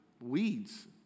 weeds